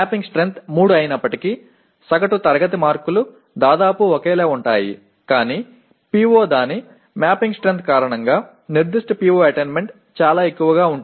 எனவே என்ன நடக்கிறது கோப்பிட்ட வலிமை 3 ஆக இருந்தாலும் சராசரி வகுப்பு மதிப்பெண்கள் ஏறக்குறைய ஒரே மாதிரியாக இருக்கும் ஆனால் குறிப்பிட்ட PO அடைதல் அதன் கோப்பிட்ட வலிமையின் காரணமாக மிக அதிகமாக இருக்கும்